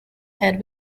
had